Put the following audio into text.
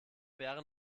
wäre